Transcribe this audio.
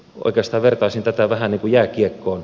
oikeistovertaisin tätä vähän jääkiekkoon